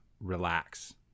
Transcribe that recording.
relax